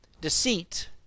deceit